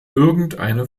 irgendeine